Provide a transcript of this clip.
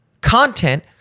content